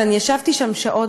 ואני ישבתי שם שעות,